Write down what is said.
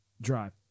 drive